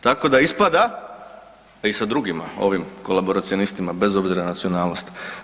Tako da ispada, a i sa drugima ovima kolaboracionistima bez obzira na nacionalnost.